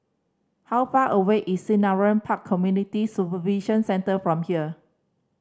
how far away is Selarang Park Community Supervision Centre from here